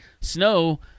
snow